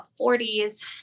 40s